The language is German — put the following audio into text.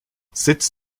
sitz